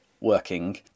working